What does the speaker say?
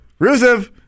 Rusev